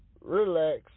relax